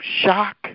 shock